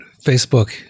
Facebook